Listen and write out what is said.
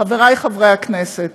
חבריי חברי הכנסת,